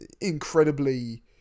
incredibly